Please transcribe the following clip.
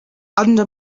under